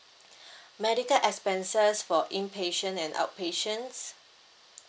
medical expenses for inpatient and outpatients